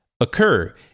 occur